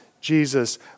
Jesus